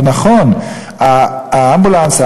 הוא נכון: האמבולנס,